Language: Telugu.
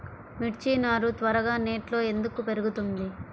మిర్చి నారు త్వరగా నెట్లో ఎందుకు పెరుగుతుంది?